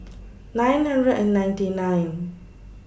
nine hundred and ninety nine